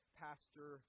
pastor